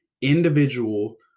individual